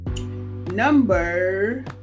Number